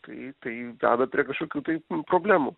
tai tai veda prie kažkokių tai problemų